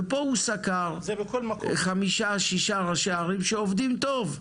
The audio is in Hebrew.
ופה הוא סקר חמישה-שישה ראשי ערים שעובדים טוב,